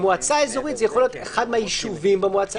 ובמועצה אזורית זה יכול להיות אחד מהיישובים במועצה הזאת,